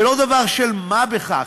ולא דבר של מה בכך.